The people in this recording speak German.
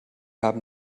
haben